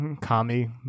kami